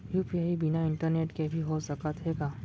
UPI बिना internet के भी हो सकत हे का?